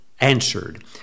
answered